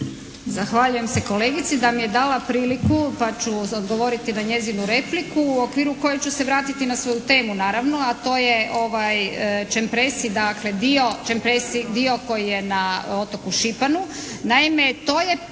Zahvaljujem se kolegici da mi je dala priliku pa ću odgovoriti na njezinu repliku u okviru koje ću se vratiti na svoju temu naravno a to je čempresi dakle dio čempresi, dio koji je na otoku Šipanu. Naime, to je točno